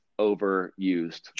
overused